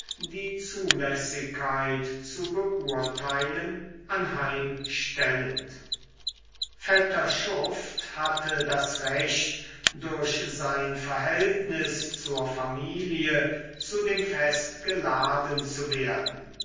die zulässigkeit zu beurteilen anheim stellend vetter schuft hatte das recht durch sein verhältnis zur familie zu dem fest geladen zu werden